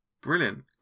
Brilliant